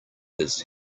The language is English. his